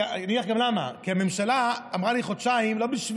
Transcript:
אני אגיד לכם למה, כי הממשלה אמרה לי חודשיים לא,